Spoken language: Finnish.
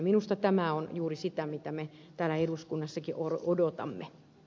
minusta tämä on juuri sitä mitä me täällä eduskunnassakin odotamme